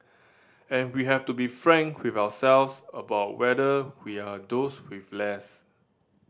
and we have to be frank with ourselves about whether we are those with less